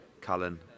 Cullen